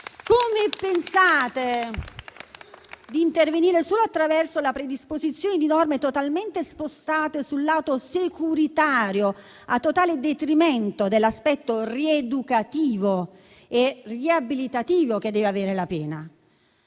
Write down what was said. Come pensate di intervenire solo attraverso la predisposizione di norme totalmente spostate sul lato securitario, a totale detrimento dell'aspetto rieducativo e riabilitativo che deve avere la pena?